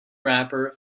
rapper